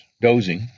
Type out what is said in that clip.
dozing